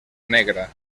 negra